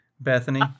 Bethany